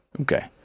Okay